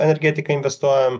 energetiką investuojam